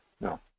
No